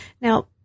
Now